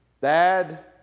dad